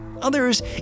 Others